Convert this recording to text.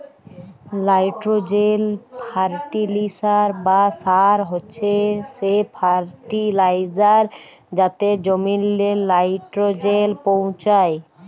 nitrogen fertiliser বা সার হছে সে ফার্টিলাইজার যাতে জমিল্লে লাইট্রোজেল পৌঁছায়